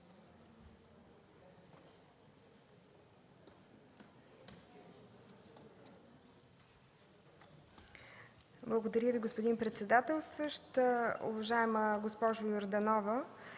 Благодаря Ви, господин председателстващ. Уважаема госпожо Йорданова!